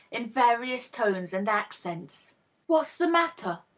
in various tones and accents what's the matter?